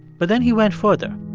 but then he went further.